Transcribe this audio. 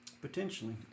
Potentially